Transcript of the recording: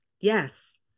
Yes